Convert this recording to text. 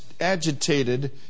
agitated